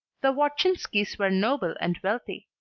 the wodzinskis were noble and wealthy.